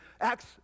Acts